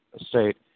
state